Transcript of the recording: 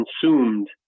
consumed